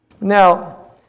Now